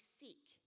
seek